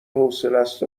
حوصلست